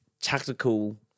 tactical